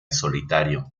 solitario